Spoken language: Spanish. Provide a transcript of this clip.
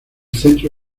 centro